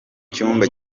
cyumba